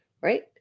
right